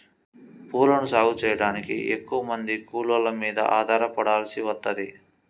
పూలను సాగు చెయ్యడానికి ఎక్కువమంది కూలోళ్ళ మీద ఆధారపడాల్సి వత్తది